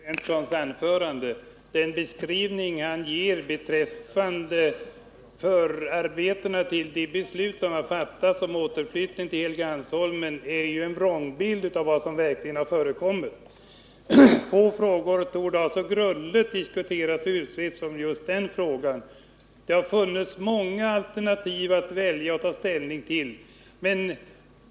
Herr talman! Jag vill bara göra en kommentar till Nils Berndtsons anförande. Den beskrivning han ger av förarbetena till de beslut som har fattats om återflyttning till Helgeandsholmen är en vrångbild av vad som verkligen har förekommit. Få frågor torde ha så grundligt diskuterats och utretts som just denna. Det har funnits många alternativ att ta ställning till.